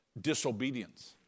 disobedience